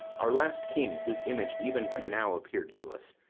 our last king, whose image even but now appear'd to us,